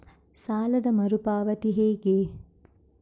ಸಾಲದ ಮರು ಪಾವತಿ ಹೇಗೆ?